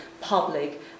public